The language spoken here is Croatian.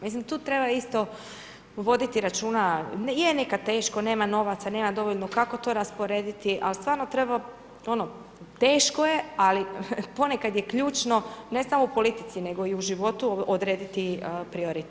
Mislim tu treba isto voditi računa, je nekad teško, nema novaca, nema dovoljno, kako to rasporediti, al stvarno treba, ono teško je, ali ponekad je ključno, ne samo u politici, nego i u životu odrediti prioritete.